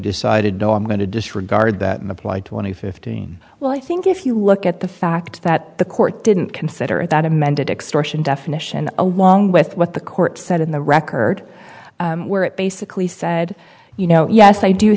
decided no i'm going to disregard that and apply twenty fifteen well i think if you look at the fact that the court didn't consider it that amended extortion definition along with what the court said in the record where it basically said you know yes i do